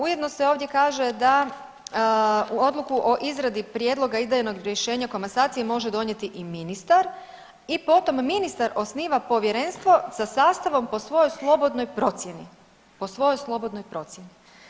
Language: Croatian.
Ujedno se ovdje kaže da u odluku o izradi prijedloga idejnog rješenja o komasaciji može donijeti i ministar i potom ministar osniva povjerenstvo sa sastavom po svojoj slobodnoj procjeni, po svojoj slobodnoj procjeni.